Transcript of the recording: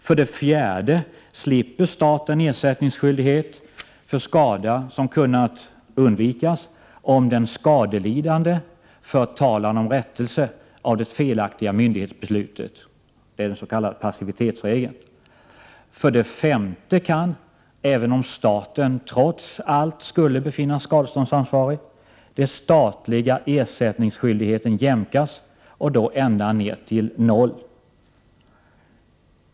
För det fjärde slipper staten ersättningsskyldighet för skada som kunnat undvikas om den skadelidande fört talan om rättelse av det felaktiga myndighetsbeslutet, den s.k. passivitetsregeln. För det femte kan — även om staten trots allt skulle befinnas skadeståndsansvarig — den statliga ersättningsskyldigheten jämkas, och då ända ner till noll.